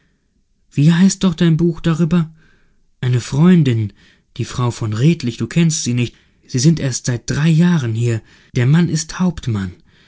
wie heißt doch dein buch darüber eine freundin die frau von redlich du kennst sie nicht sie sind erst drei jahre hier der mann ist